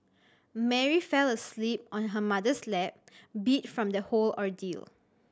Mary fell asleep on her mother's lap beat from the whole ordeal